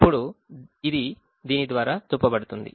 ఇప్పుడు ఇది దీని ద్వారా చూపబడింది